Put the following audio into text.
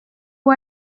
uwo